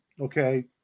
okay